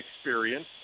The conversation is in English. experience